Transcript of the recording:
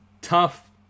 tough